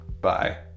Bye